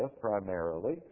primarily